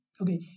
okay